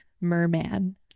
merman